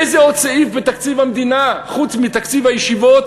איזה עוד סעיף בתקציב המדינה חוץ מתקציב הישיבות